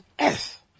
earth